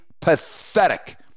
pathetic